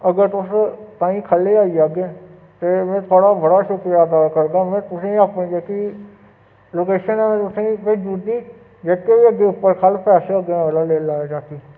अगर तुस ताईं ख'ल्लै ई आई जाह्गे ते मैं थुआढ़ा बड़ा शुक्रिया अदा करगा में तुसेंईं आपू जेह्की लोकेशन ऐ में तुसेंगी भेजी ओड़ी दी जेह्की उप्पर खल्ल पैसे होगे आह्नियै लेई लैओ चाचू